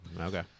Okay